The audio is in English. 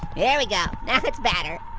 yeah we go. now that's better.